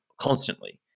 constantly